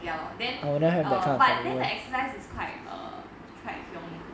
ya lor then err but then the exercise is quite err quite hiong